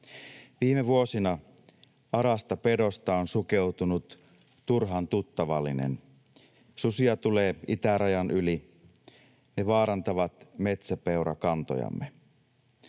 Viime vuosina arasta pedosta on sukeutunut turhan tuttavallinen. Susia tulee itärajan yli, ne vaarantavat metsäpeurakantojamme.